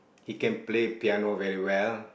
he can play piano very well